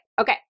Okay